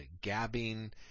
gabbing